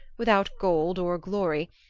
without gold or glory,